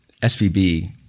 SVB